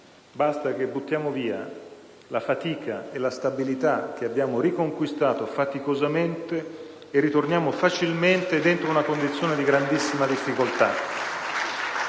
basta che buttiamo via la fatica e la stabilità che abbiamo riconquistato faticosamente e ritorniamo facilmente dentro una condizione di grandissima difficoltà.